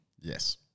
Yes